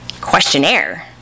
Questionnaire